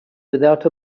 without